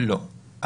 לא.